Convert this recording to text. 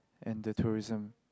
and the tourism